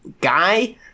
guy